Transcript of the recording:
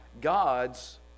God's